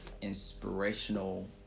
inspirational